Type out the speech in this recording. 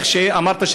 כמו שאמרת,